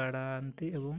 ବାଡ଼ାନ୍ତି ଏବଂ